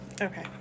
Okay